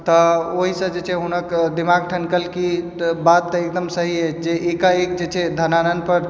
तऽ ओहिसँ जे छै हुनक दिमाग ठनकल कि तऽ बात तऽ एकदम सही अछि जे एकाएक जे छै धनानन्दपर